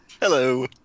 Hello